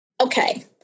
Okay